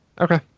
Okay